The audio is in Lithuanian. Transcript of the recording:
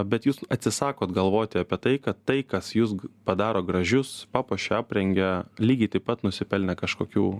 bet jūs atsisakot galvoti apie tai kad tai kas jus padaro gražius papuošia aprengia lygiai taip pat nusipelnė kažkokių